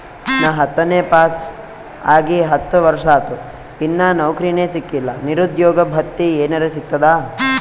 ನಾ ಹತ್ತನೇ ಪಾಸ್ ಆಗಿ ಹತ್ತ ವರ್ಸಾತು, ಇನ್ನಾ ನೌಕ್ರಿನೆ ಸಿಕಿಲ್ಲ, ನಿರುದ್ಯೋಗ ಭತ್ತಿ ಎನೆರೆ ಸಿಗ್ತದಾ?